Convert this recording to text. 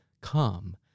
Come